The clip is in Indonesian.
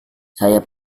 saya